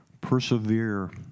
Persevere